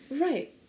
right